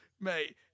mate